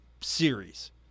series